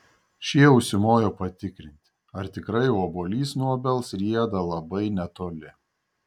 šie užsimojo patikrinti ar tikrai obuolys nuo obels rieda labai netoli